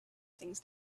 things